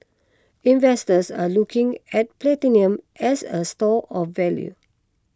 investors are looking at platinum as a store of value